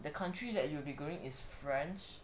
the country that you will be going is france